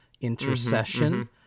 intercession